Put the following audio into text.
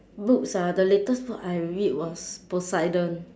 books ah the latest book I read was poseidon